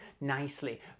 nicely